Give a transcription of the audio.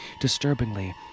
Disturbingly